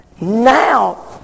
now